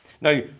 Now